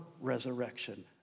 resurrection